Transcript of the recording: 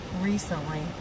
recently